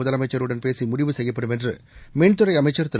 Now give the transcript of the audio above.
முதலமைச்சருடன் பேசி முடிவு செய்யப்படும் என்று மின்துறை அமைச்சர் திரு